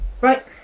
right